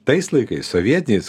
tais laikais sovietiniais